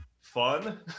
fun